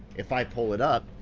if i pull it up,